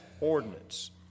ordinance